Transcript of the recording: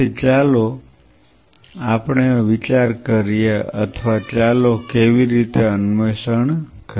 તેથી ચાલો આપણે વિચાર કરીએ અથવા ચાલો કેવી રીતે અન્વેષણ કરીએ